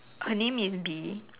her name is D